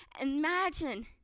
Imagine